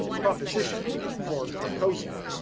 proposition for proposal.